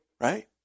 right